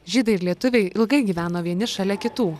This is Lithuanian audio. žydai ir lietuviai ilgai gyveno vieni šalia kitų